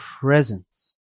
presence